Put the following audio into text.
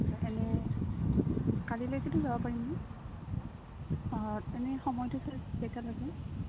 এনেই কালিলৈকিতো যাব পাৰিমনে অঁ এনেই সময়টো ছাৰ কেইটালৈকে